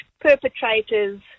perpetrators